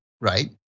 right